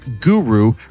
guru